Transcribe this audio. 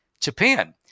Japan